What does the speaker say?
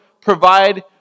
provide